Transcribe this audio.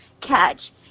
catch